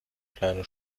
kleinen